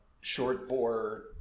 short-bore